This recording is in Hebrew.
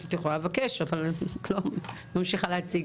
את יכולה לבקש אבל לא ממשיכה להציג.